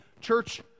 church